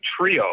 trio